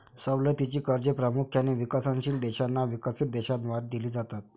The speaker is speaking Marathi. सवलतीची कर्जे प्रामुख्याने विकसनशील देशांना विकसित देशांद्वारे दिली जातात